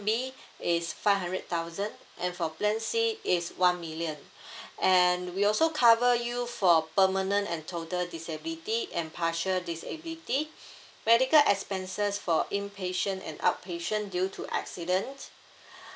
B is five hundred thousand and for plan C is one million and we also cover you for permanent and total disability and partial disability medical expenses for inpatient an outpatient due to accident